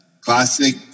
classic